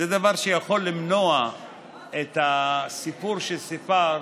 זה דבר שיכול למנוע את הסיפור שסיפרת